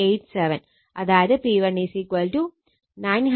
അതായത് P1 980